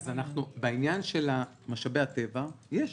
אז בעניין של משאבי הטבע יש